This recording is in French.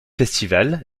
festival